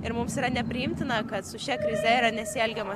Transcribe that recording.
ir mums yra nepriimtina kad su šia krize yra nesielgiama